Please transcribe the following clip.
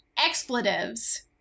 expletives